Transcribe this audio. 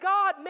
God